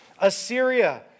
Assyria